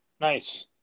nice